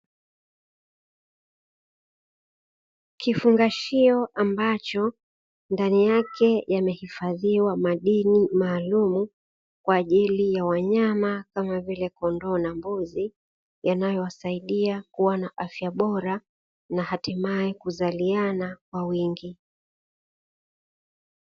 Kifungashio ambacho ndani yake yamehifadhiwa madini maalumu kwa ajili ya wanyama, kama vile; kondoo na mbuzi, yanayowasaidia kuwa na afya bora na hatimaye kuzaliana kwa wingi.